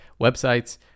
websites